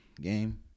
game